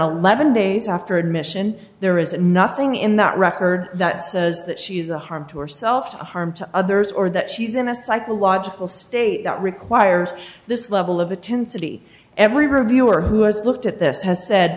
lemon days after admission there is nothing in that record that says that she's a harm to herself harm to others or that she's in a psychological state that requires this level of a tent city every reviewer who has looked at this has said